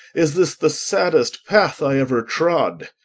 is this the saddest path i ever trod?